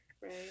Right